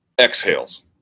exhales